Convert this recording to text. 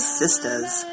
sisters